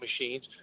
machines